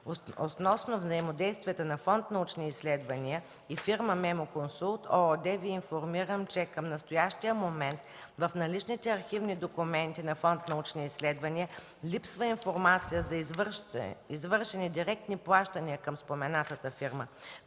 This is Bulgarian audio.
Относно взаимодействията на Фонд „Научни изследвания” и фирма „Мемо консулт” ООД, Ви информирам, че към настоящия момент в наличните архивни документи на Фонд „Научни изследвания” липсва информация за извършени директни плащания към споменатата фирма.